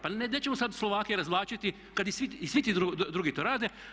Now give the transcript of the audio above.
Pa nećemo sad Slovake razvlačiti kad i svi ti drugi to rade.